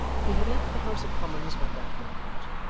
he had left the house of commons but that moment,